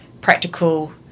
practical